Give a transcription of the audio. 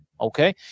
Okay